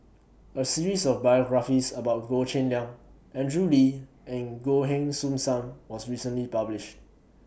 A series of biographies about Goh Cheng Liang Andrew Lee and Goh Heng Soon SAM was recently published